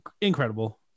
incredible